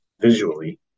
visually